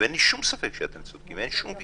אין לי שום ספק שאתם צודקים, אין שום ויכוח,